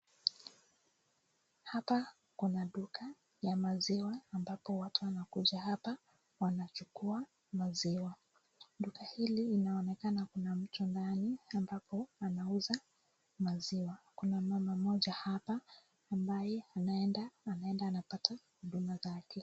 Hapa kuna duka ya maziwa ambapo watu wanakuja hapa wanachukua maziwa. Duka hili, inaonekana kuna mtu ndani ambapo anauza maziwa. Kuna mama mmoja hapa ambaye anaenda. Anaenda anapata huduma zake.